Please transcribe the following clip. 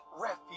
refuge